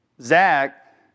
Zach